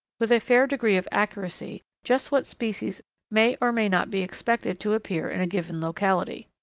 with a fair degree of accuracy, just what species may or may not be expected to appear in a given locality.